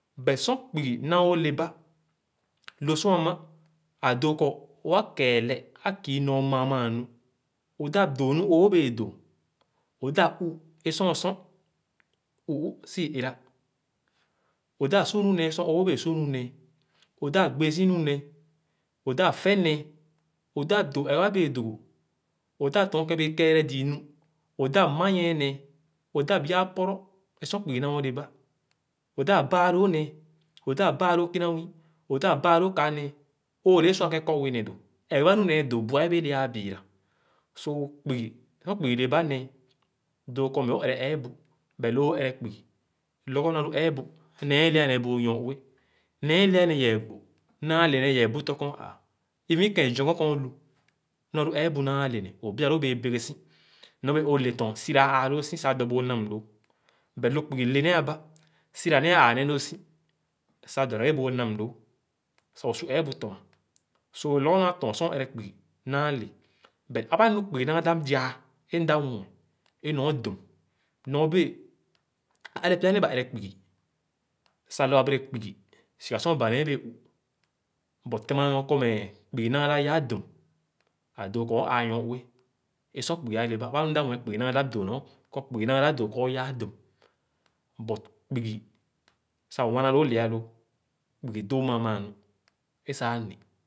But sor kpugi nãã õ lẽba, lõ sor ãmã, l dõ kɔr õ akèèrè ã kii nɔr mãã mãã nu. Õ dãp dõ nu õõ bẽẽ dõ. Õ dãp ụ é sor õ sor ụ ụ sii ẽrà. Õ dáp su nu nẽẽ sor õõ bẽẽ su nu nẽẽ. Õ dáp gbẽẽ si nu nẽẽ. Õ dãp fè nẽẽ. Õ dáp dõõ èrebà bẽẽ dõgò. Õ dáp tɔ̃nbkè bẽẽ kẽẽre zii nu. Õ dá manyie nẽẽ. Õ dáp yaa pɔrɔ é so kpugi nãã õ lə̃bà. Õ dáp bàà lõõ nẽẽ; õ dáp bàà lõõ kinanwii, õ dáp bàà lõõ kanẽẽ. Õõlẽ õ sua kè kɔr ue nẽ dõ; érebà nu nẽẽ dõõ bu-aé le ãã biira. So kpugi, sor kpugi lẽbà nẽẽ dõõ meh õ ẽrẽ ẽẽbu but lõ õõ ẽrẽ kpugi, lɔgɔ nu ãlu èẽbu nee lẽ ané bu õ nyor-ue, nee lẽ nẽ yɛɛ gbò; naa lẽ nẽ yɛɛ bu tɔ kɔ õ ãã, even kẽ zoghon kè õlu. Nu ãlu èẽbu nãã lenẽ, õ bia loo bẽẽ bege-si nɔr bẽẽ õ letɔn sira ã ãã lõõ si sah dɔ bu õ namlõõ. But lõ kpugi le nèh ãbà, sira nẽh sah ã ãã lõõ si sah dɔ nee bu õ namlõõ, sah õ su ẽẽbu tɔmà. So, lɔgɔ nu ã tɔn sor õ ẽrẽ kpugi nãã lè But ãbã nu kpugi nãã dáp yàã é mda mue é nɔr dum nɔr bẽẽ ã ẽrẽ pya nẽẽ ba ẽrẽ kpugi sah lõ abèrè kpugi siga sor bà nee bẽẽ u̱ but tẽma nɔr kɔr meh kpugi nãã dãp yãã dum ã dõõ kɔr õ ãã nyor-ue é sor kpugi alẽba. Ãbà nu mda mue kpugi nãã dàp dõõ nɔ kpugi naa dáp dõõ kɔr õ yaa dum but kpugi, sa wanalõõ le alõõ, kpugi dõõ mããmãã nu e'sal, nè.